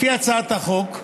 לפי הצעת החוק,